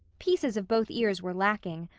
pieces of both ears were lacking,